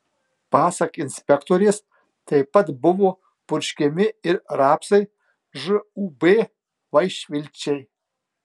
pasak inspektorės taip pat buvo purškiami ir rapsai žūb vaišvilčiai